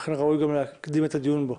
ולכן ראוי גם להקדים את הדיון בו.